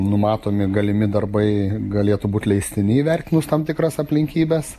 numatomi galimi darbai galėtų būt leistini įvertinus tam tikras aplinkybes